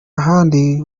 handi